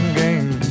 game